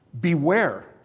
Beware